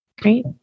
Great